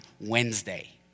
Wednesday